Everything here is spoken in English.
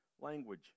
language